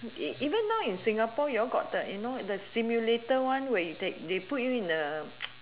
even now in singapore you all got the you know the stimulator one where they put you in the